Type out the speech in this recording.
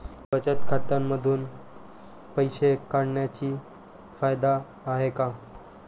बचत खात्यांमधून पैसे काढण्याची मर्यादा आहे का?